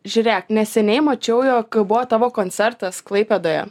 žiūrėk neseniai mačiau jog buvo tavo koncertas klaipėdoje